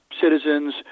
citizens